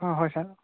অঁ হয় ছাৰ